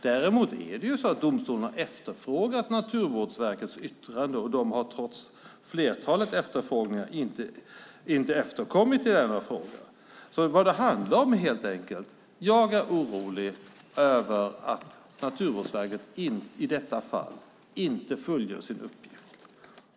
Däremot har domstolarna efterfrågat Naturvårdsverkets yttrande, och de har trots flertalet efterfrågningar inte efterkommit detta. Vad det handlar om är helt enkelt att jag är orolig över att Naturvårdsverket i detta fall inte fullgör sin uppgift.